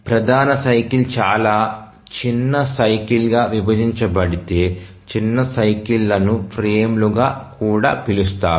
ప్రధాన సైకిల్ చాలా చిన్న సైకిల్గా విభజించబడితే చిన్న సైకిల్లను ఫ్రేమ్లుగా కూడా పిలుస్తారు